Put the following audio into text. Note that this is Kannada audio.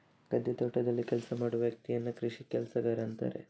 ಗದ್ದೆ, ತೋಟದಲ್ಲಿ ಕೆಲಸ ಮಾಡುವ ವ್ಯಕ್ತಿಯನ್ನ ಕೃಷಿ ಕೆಲಸಗಾರ ಅಂತಾರೆ